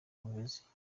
guheze